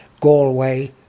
galway